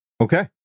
Okay